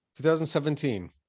2017